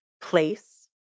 place